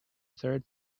third